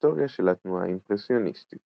ההיסטוריה של התנועה האימפרסיוניסטית